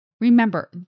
Remember